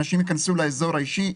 אנשים ייכנסו לאזור האישי,